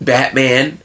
Batman